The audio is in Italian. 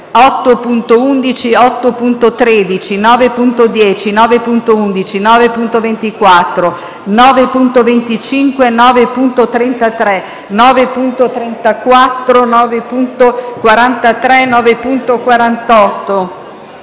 8.11, 8.13, 9.10, 9.11, 9.24, 9.25, 9.33, 9.34, 9.43, 9.48,